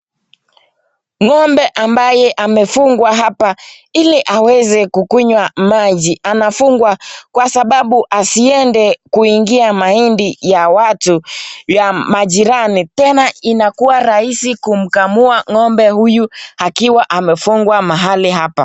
Ngombe ambaye amefungwa hapa ili aweze kukunywa maji. Anafungwa akwa sababu asiende kuingia mahindi ya watu ya majirani. Tena inakua rahisi kumkamua ngombe huyu akiwa amefungwa mahali hapa.